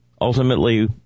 Ultimately